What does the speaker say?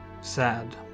sad